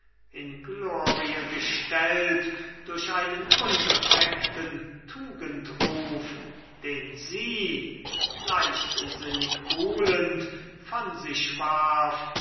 in glorie gestellt durch einen unbefleckten tugendruf den sie leichtsinnig buhlend von sich warf